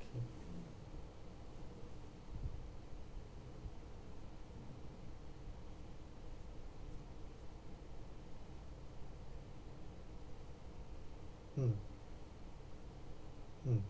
okay mm mm